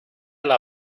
las